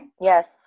Yes